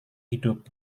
hidup